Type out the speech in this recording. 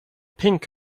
pink